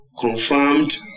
confirmed